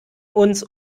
uns